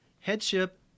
headship